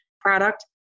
product